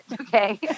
Okay